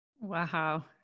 Wow